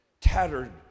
tattered